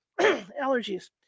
Allergies